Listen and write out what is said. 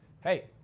hey